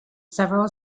several